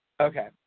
Okay